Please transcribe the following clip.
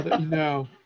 no